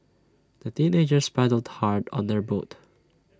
the teenagers paddled hard on their boat